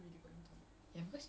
hmm